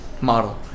model